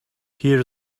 here